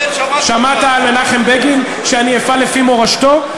כן, שמעת על מנחם בגין, שאני אפעל לפי מורשתו?